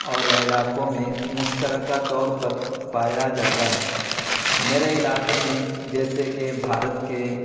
اور علاقوں میں مشترکہ طور پر پایا جاتا ہے میرے علاقے میں جیسے کہ بھارت کے